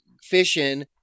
fishing